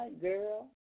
girl